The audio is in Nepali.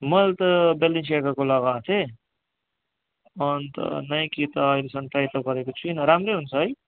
मैले त ब्यालेन्सियाको लगाएको थिएँ अन्त नाइकी त अहिलेसम्म ट्राई त गरेको छुइनँ राम्रै हुन्छ है